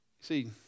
See